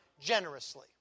generously